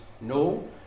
No